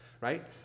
right